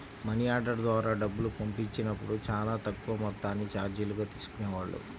money order ద్వారా డబ్బులు పంపించినప్పుడు చానా తక్కువ మొత్తాన్ని చార్జీలుగా తీసుకునేవాళ్ళు